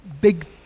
big